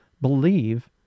believe